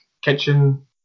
kitchen